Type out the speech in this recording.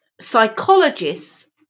psychologists